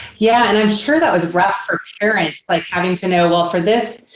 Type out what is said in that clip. yeah, and i'm sure that was rough for parents, like, having to know well, for this,